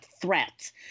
threat